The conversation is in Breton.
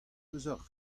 peseurt